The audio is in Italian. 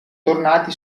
tornati